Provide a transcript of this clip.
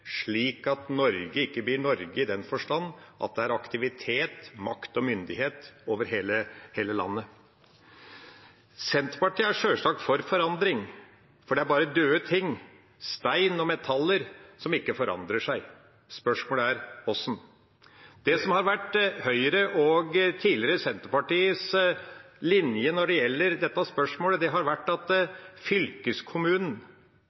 slik at Norge ikke blir Norge, i den forstand at det er aktivitet, makt og myndighet over hele landet. Senterpartiet er sjølsagt for forandring, for det er bare døde ting, stein og metaller, som ikke forandrer seg. Spørsmålet er hvordan. Det som har vært Høyres og, tidligere, Senterpartiets linje når det gjelder dette spørsmålet, er at fylkeskommunen var kommunenes samvirkelag . Det